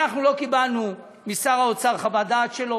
אנחנו לא קיבלנו משר האוצר חוות דעת שלו,